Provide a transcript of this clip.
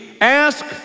ask